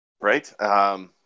Right